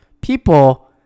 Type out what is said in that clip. People